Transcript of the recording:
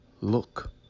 Look